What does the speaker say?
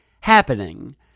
happening